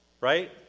right